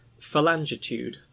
Phalangitude